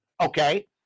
okay